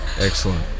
excellent